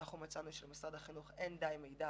מצאנו שלמשרד החינוך אין די מידע